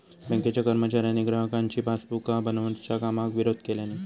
बँकेच्या कर्मचाऱ्यांनी ग्राहकांची पासबुका बनवच्या कामाक विरोध केल्यानी